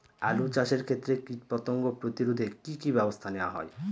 আলু চাষের ক্ষত্রে কীটপতঙ্গ প্রতিরোধে কি কী ব্যবস্থা নেওয়া হয়?